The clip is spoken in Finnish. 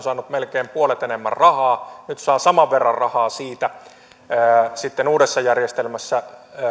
saanut melkein puolet enemmän rahaa nyt sitten saa saman verran rahaa siitä uudessa järjestelmässä